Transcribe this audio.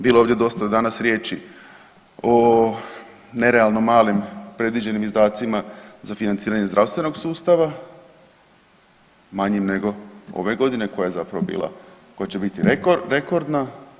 Bilo je dosta ovdje danas riječi o nerealno malim predviđenim izdacima za financiranje zdravstvenog sustava, manjim nego ove godine koja je zapravo bila, koja će biti rekordna.